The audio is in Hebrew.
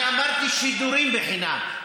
אני אמרתי שידורים בחינם,